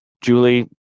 Julie